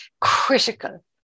critical